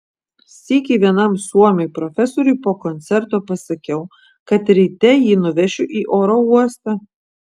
sykį vienam suomiui profesoriui po koncerto pasakiau kad ryte jį nuvešiu į oro uostą